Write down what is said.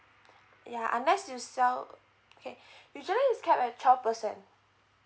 ya unless you sell okay usually it's capped at twelve percent